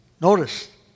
Notice